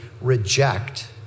reject